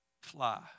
fly